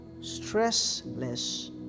stressless